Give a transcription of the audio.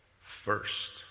first